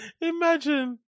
Imagine